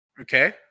Okay